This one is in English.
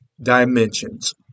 dimensions